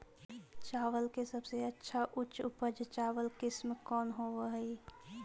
चावल के सबसे अच्छा उच्च उपज चावल किस्म कौन होव हई?